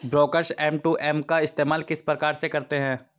Brokers M two M का इस्तेमाल किस प्रकार से करते हैं?